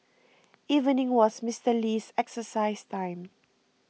evening was Mister Lee's exercise time